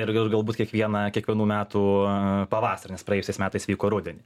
ir gal galbūt kiekvieną kiekvienų metų pavasarį nes praėjusiais metais vyko rudenį